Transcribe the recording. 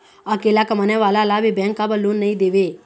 अकेला कमाने वाला ला भी बैंक काबर लोन नहीं देवे?